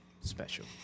Special